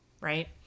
right